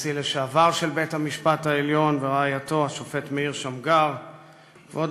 הנשיא לשעבר של בית-המשפט העליון השופט מאיר שמגר ורעייתו,